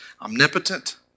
omnipotent